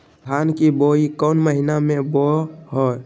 धान की बोई कौन महीना में होबो हाय?